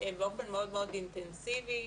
באופן מאוד מאוד אינטנסיבי.